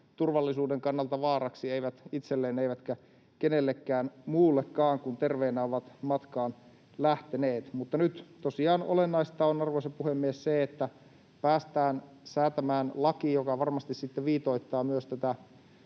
terveysturvallisuuden kannalta vaaraksi, eivät itselleen eivätkä kenellekään muullekaan, kun terveinä ovat matkaan lähteneet. Nyt tosiaan olennaista on se, arvoisa puhemies, että päästään säätämään laki, joka varmasti sitten viitoittaa myös